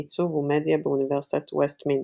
עיצוב ומדיה באוניברסיטת "ווסטמינסטר".